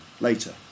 later